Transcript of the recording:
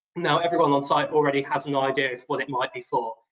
now everyone on site already has an idea of what it might be for.